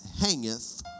hangeth